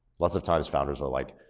lots of times founders are like,